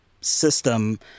system